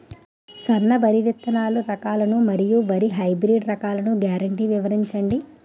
సన్న వరి విత్తనాలు రకాలను మరియు వరి హైబ్రిడ్ రకాలను గ్యారంటీ వివరించండి?